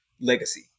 legacy